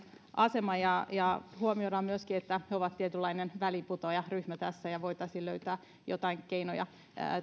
asema ja ja huomioidaan myöskin se että ne ovat tietynlainen väliinputoajaryhmä ja voitaisiin löytää joitain keinoja